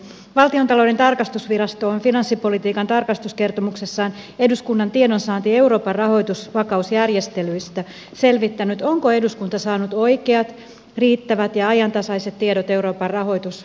valtiontalouden tarkastusvirasto on finanssipolitiikan tarkastuskertomuksessaan eduskunnan tiedonsaanti euroopan rahoitusvakausjärjestelyistä selvittänyt onko eduskunta saanut oikeat riittävät ja ajantasaiset tiedot euroopan rahoitusjärjestelyistä